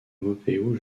maupeou